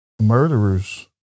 murderers